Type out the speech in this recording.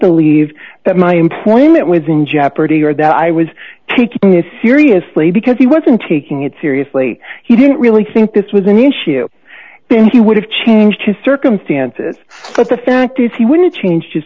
the leave that my employment was in jeopardy or that i was taking it seriously because he wasn't taking it seriously he didn't really think this was an issue then he would have changed his circumstances but the fact is he wouldn't change his